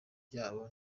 byabo